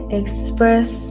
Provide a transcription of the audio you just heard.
express